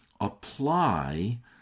apply